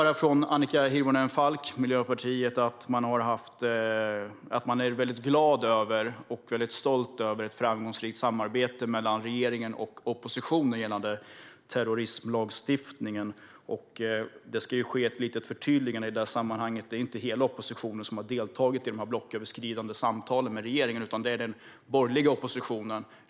Av Annika Hirvonen Falk, Miljöpartiet, får vi höra att man är glad och stolt över ett framgångsrikt samarbete mellan regeringen och oppositionen när det gäller terroristlagstiftningen. Det ska göras ett förtydligande i det sammanhanget: Det är inte hela oppositionen som har deltagit i de blocköverskridande samtalen med regeringen, utan det är den borgerliga oppositionen.